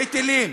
היטלים,